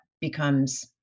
becomes